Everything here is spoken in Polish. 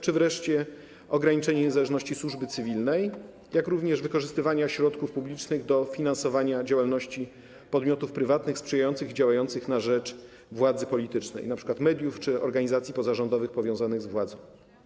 Czy wreszcie nastąpiło ograniczenie niezależności służby cywilnej, jak również wykorzystywanie środków publicznych do finansowania działalności podmiotów prywatnych sprzyjających i działających na rzecz władzy politycznej, np. mediów czy organizacji pozarządowych powiązanych z władzą.